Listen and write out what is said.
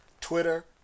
Twitter